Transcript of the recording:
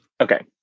okay